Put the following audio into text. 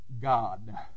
God